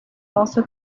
also